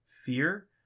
fear